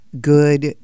good